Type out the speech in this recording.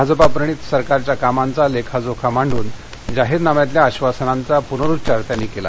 भाजपाप्रणित सरकारच्या कामांचा लखिजोखा मांडून जाहीरनाम्यातल्या आक्षासनांचा पुनरुच्चार त्यांनी कला